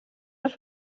els